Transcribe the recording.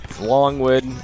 Longwood